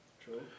True